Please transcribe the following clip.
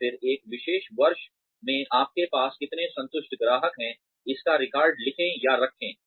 और फिर एक विशेष वर्ष में आपके पास कितने संतुष्ट ग्राहक हैं इसका रिकॉर्ड लिखे या रखे